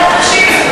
נשים,